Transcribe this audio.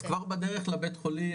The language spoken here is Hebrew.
אז כבר בדרך לבית החולים,